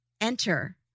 Enter